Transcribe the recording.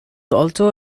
also